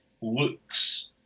looks